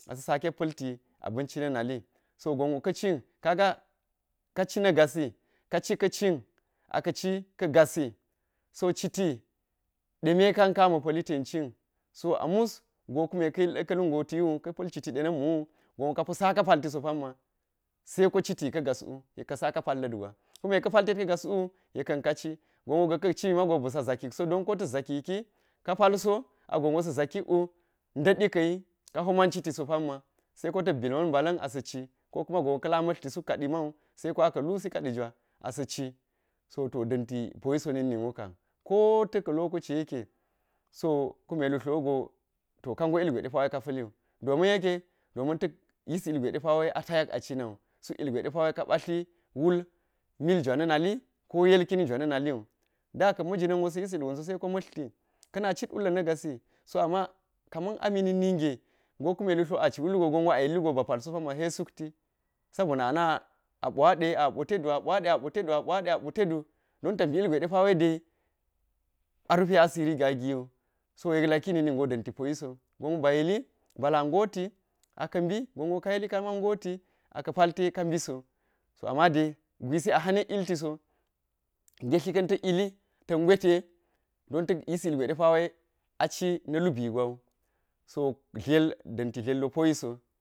Asa̱ sa̱ket pa̱lti a̱binci na̱ nali. So gongwo ka̱cin, ka̱cina̱ gasi kaci ka̱cin a̱ka̱ci ka̱ ga̱si so citi ɗeme ka̱nka̱n ama̱ pa̱li tenan so musgwo kayil kalu gotiwu ka̱pa̱l citi dena̱mwu gongwo ka̱ho sa̱ka̱ pa̱lti so panma̱ sa̱iko citi ka gaswu yekka sa̱ka̱ pa̱lla̱tgwa kunme ka̱ paltet ka ga̱swu yekka̱n ka̱ci, gonwo ga̱kscin ma̱go bisa za̱kikso, don kota̱ zakiki kapa̱l so a gonwo sa̱ za̱kikwu dadi ka̱yi ka̱homa̱n citiso pa̱nma̱ sa̱iko tak ba̱ milba̱la̱n asa̱ci ko kumawo ka̱la̱ mlarti suk ka̱di ma̱u sa̱uko aka̱ lusi ka̱di ma̱u sa̱uko aka̱ lusi ka̱di jwa̱ asa̱ci, so da̱nti poyiso na̱kninwu ka̱m kota̱ka̱ loka̱ci yekke so kunne lu tlowugo to ka̱go ilgwe ɗepa̱ ka̱ pa̱lliwu, domin yekka, domin ta̱k yis ilgwe a ta̱ya̱k a cinawu suk ilgwe ɗepa̱ ka pa̱tlikwu miljwa̱ na̱ na̱li ko ilkeni wa na̱ na̱lliwu, daka̱n ma̱jinna̱n wo yis ilgonso saiko mla̱rti ka̱na̱ citwulla̱ na̱ ga̱si so amma̱ kama̱n ami na̱k ningego kume kari wullugu gonwo ba̱ palso pa̱nma̱ sai sukti sobona, ana a̱po ade apo ɗa̱duk don tabi ilgwe wa̱i depawai dai a nɗe asiri gagiwu so yekka kiɗe niknigo da̱nti poyiso, gonwo ba yili bala goti akabi, gonwo kayili ka̱la̱ goti aka̱ pa̱lte ka̱ biso so amma ɗai gwisi a hanek yiltiso gettikan ta̱k yilli ta̱k gwete donta̱k yis ilgweɗpawa aci na̱ lubigwa wu so dlar danti dlar poyiso